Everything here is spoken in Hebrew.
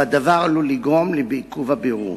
והדבר עלול לגרום לעיכוב הבירור.